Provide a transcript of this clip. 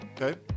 okay